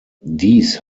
dies